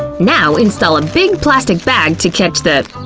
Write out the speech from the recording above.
now install a big plastic bag to catch the ah,